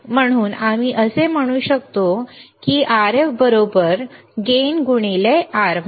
म्हणून आम्ही असे म्हणू शकतो की Rf गेन R1